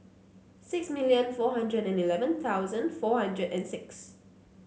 six million four hundred and eleven thousand four hundred and six